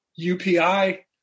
UPI